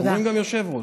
אומרים גם יושב-ראש.